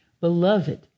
Beloved